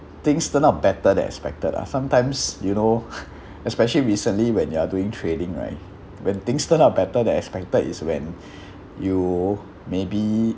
things turned out better than expected ah sometimes you know especially recently when you are doing trading right when things turn out better than expected is when you maybe